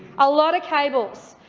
a lot of cables,